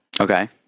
Okay